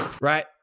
Right